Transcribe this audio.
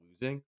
losing